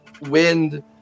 wind